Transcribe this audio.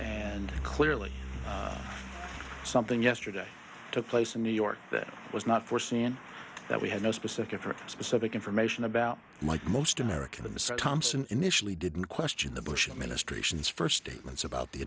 and clearly something yesterday took place in new york that was not foreseen that we had no specific specific information about like most american mr thompson initially didn't question the bush administration's first statements about the